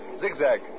Zigzag